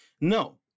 No